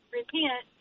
repent